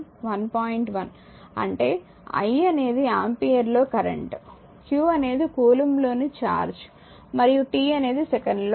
1 అంటే i అనేది ఆంపియర్లో కరెంట్ q అనేది కూలుంబ్లలోని ఛార్జ్ మరియు t అనేది సెకను ల లో టైమ్